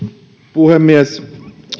puhemies